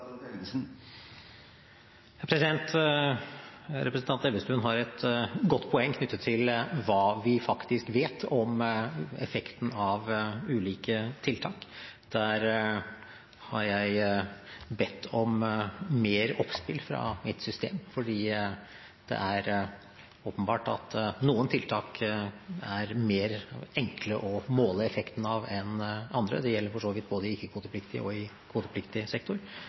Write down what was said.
Elvestuen har et godt poeng knyttet til hva vi faktisk vet om effekten av ulike tiltak. Der har jeg bedt om flere innspill fra mitt system, fordi det er åpenbart at noen tiltak er enklere å måle effekten av enn andre. Det gjelder for så vidt både i ikke-kvotepliktig og i kvotepliktig sektor,